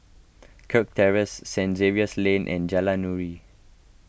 Kirk Terrace Saint Xavier's Lane and Jalan Nuri